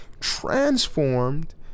transformed